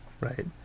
right